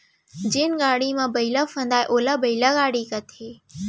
जेन गाड़ी म बइला फंदाये ओला बइला गाड़ी कथें